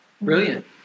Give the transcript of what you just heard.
Brilliant